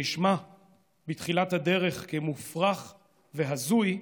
שנשמע בתחילת הדרך מופרך והזוי,